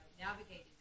navigating